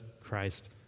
Christ